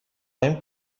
این